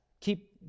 Keep